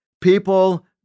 People